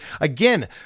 Again